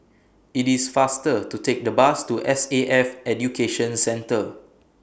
IT IS faster to Take The Bus to S A F Education Centre